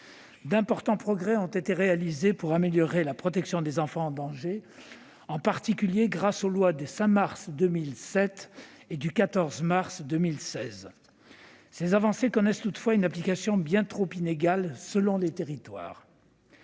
D'importants progrès ont été réalisés pour améliorer la protection des enfants en danger, en particulier grâce aux lois du 5 mars 2007 et du 14 mars 2016. Ces avancées connaissent toutefois une application bien trop inégale selon les territoires.